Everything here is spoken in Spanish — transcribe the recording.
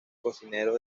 cocinero